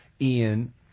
Ian